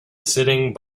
sitting